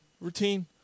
routine